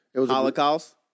Holocaust